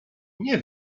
nie